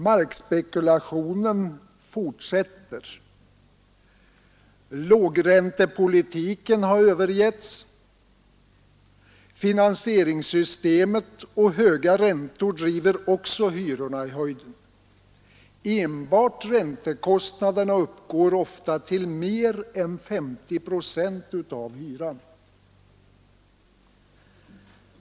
Markspekulationen fortsätter, lågräntepolitiken har över givits, finansieringssystemet och höga räntor driver också hyrorna i höjden. Enbart räntekostnaderna uppgår ofta till mer än 50 procent av hyran.